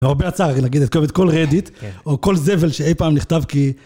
למרבה הצער, נגיד, את כל רדיט, או כל זבל שאי פעם נכתב כי...